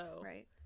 right